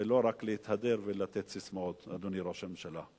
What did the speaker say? ולא רק להתהדר ולתת ססמאות, אדוני ראש הממשלה.